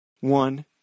One